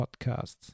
podcasts